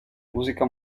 música